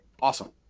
Awesome